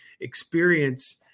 experience